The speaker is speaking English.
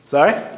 Sorry